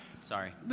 Sorry